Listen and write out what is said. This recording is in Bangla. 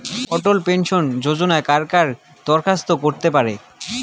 অটল পেনশন যোজনায় কারা কারা দরখাস্ত করতে পারে?